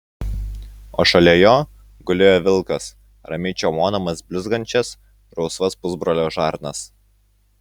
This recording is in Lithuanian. o šalia jo gulėjo vilkas ramiai čiaumodamas blizgančias rausvas pusbrolio žarnas